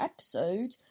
Episode